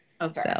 Okay